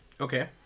Okay